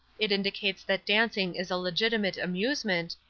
it indicates that dancing is a legitimate amusement,